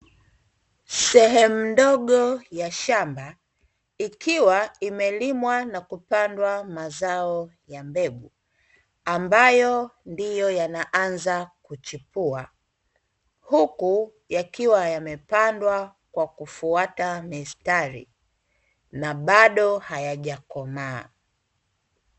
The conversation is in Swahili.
Sehemu ndogo ya shamba, ikiwa imelimwa na kupandwa mazao ya mbegu. Ambayo ndiyo yanaanza kuchipua, huku yakiwa yamepandwa kwa kufuata mistari na bado hayajakomaa.